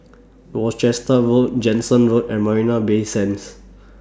Worcester Road Jansen Road and Marina Bay Sands